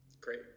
Great